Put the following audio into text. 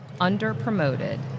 underpromoted